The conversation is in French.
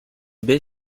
baie